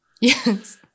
Yes